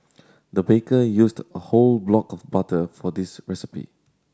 the baker used a whole block of butter for this recipe